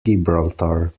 gibraltar